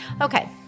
Okay